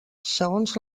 segons